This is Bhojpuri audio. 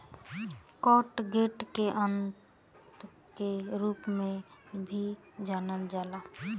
कैटगट के आंत के रूप में भी जानल जाला